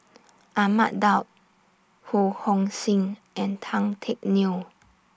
Ahmad Daud Ho Hong Sing and Tan Teck Neo